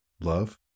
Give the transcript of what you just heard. Love